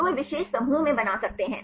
तो वे विशेष समूहों में बना सकते हैं